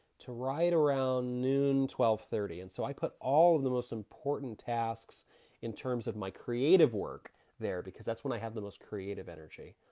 to right around noon, twelve thirty. and so i put all of the most important tasks in terms of my creative work there because that's when i have the most creative energy.